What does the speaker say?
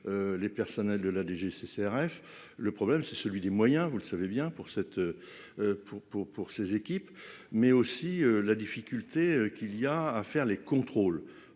Les personnels de la DGCCRF. Le problème c'est celui des moyens. Vous le savez bien, pour cette. Pour pour pour ses équipes, mais aussi la difficulté qu'il y a à faire les contrôles,